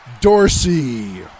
Dorsey